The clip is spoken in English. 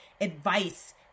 advice